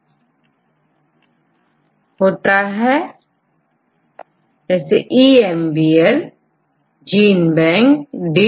EMBL EMBL Genbank and DDBJ right DNA data bank of Japanऔर protein sequence के लिए